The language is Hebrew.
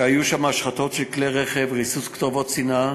שם היו השחתות של כלי רכב וריסוס כתובות שנאה,